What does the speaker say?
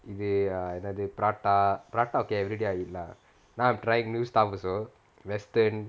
இது என்னது:ithu ennathu prata prata okay everyday I eat lah now I'm trying new stuff also Aston